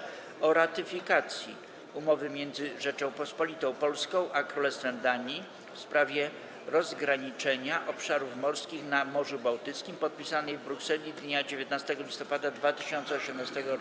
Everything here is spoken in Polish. - o ratyfikacji Umowy między Rzecząpospolitą Polską a Królestwem Danii w sprawie rozgraniczenia obszarów morskich na Morzu Bałtyckim, podpisanej w Brukseli dnia 19 listopada 2018 r.